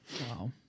Wow